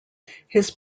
his